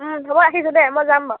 হ'ব ৰাখিছোঁ দে মই যাম বাৰু